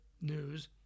news